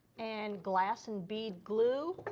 and glass and bead glue.